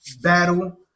battle